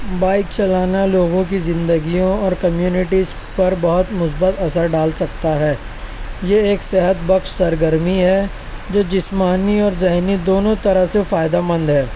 bike چلانا لوگوں کی زندگیوں اور کمیونٹیز پر بہت مثبت اثر ڈال سکتا ہے یہ ایک صحت بخش سرگرمی ہے جو جسمانی اور ذہنی دونوں طرح سے فائدہ مند ہے